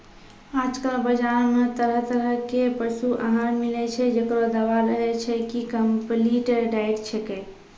आजकल बाजार मॅ तरह तरह के पशु आहार मिलै छै, जेकरो दावा रहै छै कि कम्पलीट डाइट छेकै